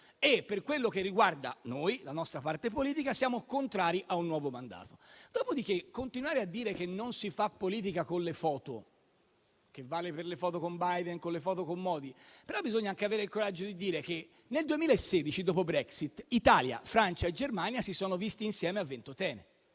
e per quello che riguarda la nostra parte politica, siamo contrari a un nuovo mandato. Si può poi continuare a dire che non si fa politica con le foto, che vale per le foto con Biden o con Modi, bisogna però anche avere il coraggio di dire che nel 2016, dopo la Brexit, Italia, Francia e Germania si sono visti insieme a Ventotene.